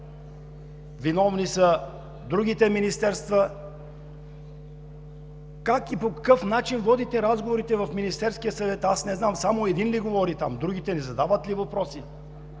„Виновни са другите министерства.“ Как и по какъв начин водите разговорите в Министерския съвет, аз не знам?! Само един ли говори там? Другите не задават ли въпроси?